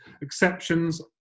Exceptions